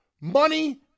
money